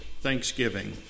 Thanksgiving